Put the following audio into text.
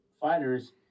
fighters